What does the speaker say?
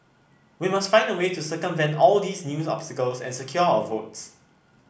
we must find a way to circumvent all these new obstacles and secure our votes